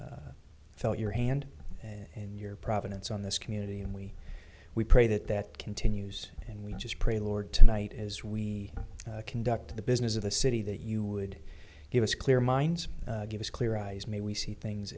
have felt your hand in your providence on this community and we we pray that that continues and we just pray lord tonight as we conduct the business of the city that you would give us clear minds give us clear eyes may we see things